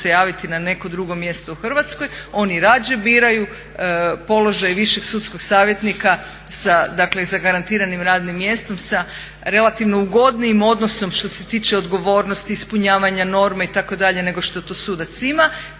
na neko drugo mjesto u Hrvatskoj oni rađe biraju položaj višeg sudskog savjetnika sa dakle zagarantiranim radnim mjestom, sa relativno ugodnijim odnosom što se tiče odgovornosti, ispunjavanja norme itd. nego što to sudac ima.